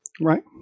right